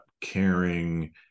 caring